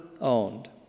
owned